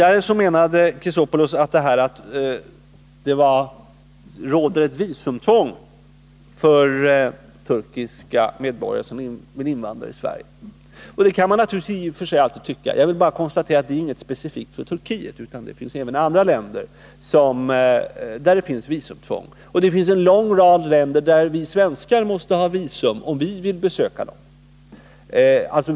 Alexander Chrisopoulos menade att det råder ett visumtvång för turkiska medborgare som vill invandra till Sverige. Det kan man i och för sig tycka. Jag vill bara konstatera att detta inte är något specifikt för Turkiet, utan visumtvång råder även i fråga om andra länder. Det finns en lång rad länder som vi svenskar måste ha visum till om vi vill besöka dem.